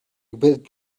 with